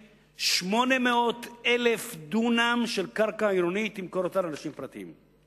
800,000 דונם של קרקע עירונית לאנשים פרטיים.